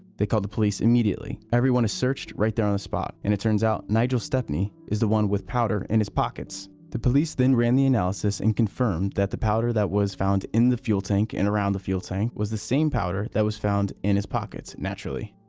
they called the police immediately everyone is searched right there on a spot and it turns out nigel stepney is the one with powder in his pockets the police then ran the analysis and confirmed that the powder that was found in the fuel tank and around the fuel tank was the same powder that was found in his pockets. naturally.